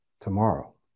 tomorrow